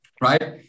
right